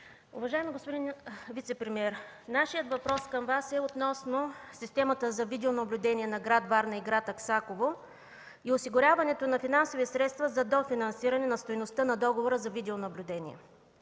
Уважаеми господин вицепремиер, нашият въпрос към Вас е относно системата за видеонаблюдение на град Варна и град Аксаково и осигуряването на финансови средства за дофинансиране на стойността на договора за видеонаблюдение.